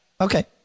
okay